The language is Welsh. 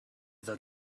iddo